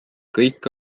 kõik